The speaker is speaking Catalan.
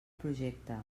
projecte